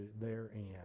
therein